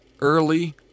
Early